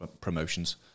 promotions